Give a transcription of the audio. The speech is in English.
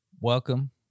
Welcome